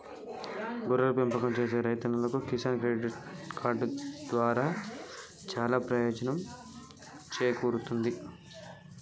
గొర్రెల పెంపకం సేసే రైతన్నలకు కిసాన్ క్రెడిట్ కార్డు దారా సానా పెయోజనం సేకూరుతుంది